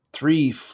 three